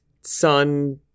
son